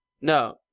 No